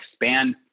expand